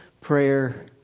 prayer